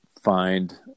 find